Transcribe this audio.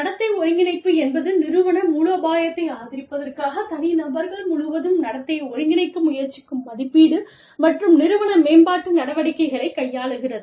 நடத்தை ஒருங்கிணைப்பு என்பது நிறுவன மூலோபாயத்தை ஆதரிப்பதற்காக தனிநபர்கள் முழுவதும் நடத்தையை ஒருங்கிணைக்க முயற்சிக்கும் மதிப்பீடு மற்றும் நிறுவன மேம்பாட்டு நடவடிக்கைகளைக் கையாள்கிறது